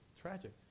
tragic